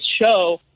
show